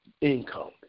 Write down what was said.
income